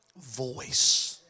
voice